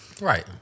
right